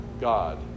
God